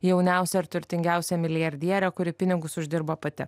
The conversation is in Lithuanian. jauniausia ir turtingiausia milijardiere kuri pinigus uždirbo pati